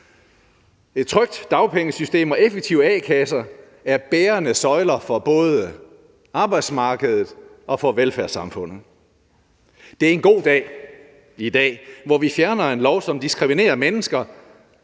Et trygt dagpengesystem og effektive a-kasser er bærende søjler for både arbejdsmarkedet og for velfærdssamfundet. Det er en god dag i dag, hvor vi fjerner en lov, som diskriminerer mennesker,